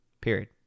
Period